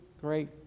great